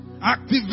Activate